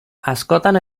askotan